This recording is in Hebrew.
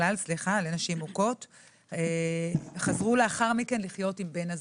לנשים מוכות, חזרו לאחר מכן לחיות עם בן הזוג.